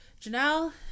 Janelle